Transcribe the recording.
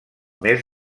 mes